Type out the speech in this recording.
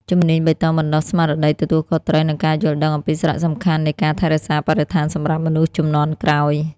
ជំនាញបៃតងបណ្តុះស្មារតីទទួលខុសត្រូវ និងការយល់ដឹងអំពីសារៈសំខាន់នៃការថែរក្សាបរិស្ថានសម្រាប់មនុស្សជំនាន់ក្រោយ។